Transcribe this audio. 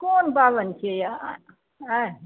कोन पाबनि छियै ये आइ